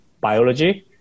biology